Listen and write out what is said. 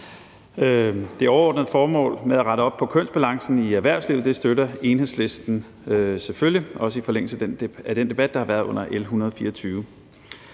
Det overordnede formål med at rette op på kønsbalancen i erhvervslivet støtter Enhedslisten selvfølgelig – også i forlængelse af den debat, der har været under L 124.